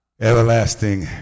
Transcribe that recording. Everlasting